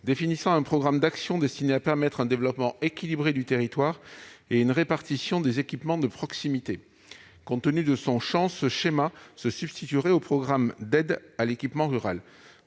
définissant un programme d'action destiné à permettre un développement équilibré du territoire et une répartition des équipements de proximité. Compte tenu de son champ, ce schéma se substituerait aux programmes d'aide à l'équipement rural.